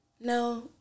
no